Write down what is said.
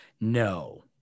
no